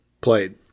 played